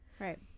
right